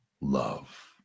love